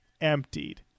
emptied